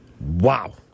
Wow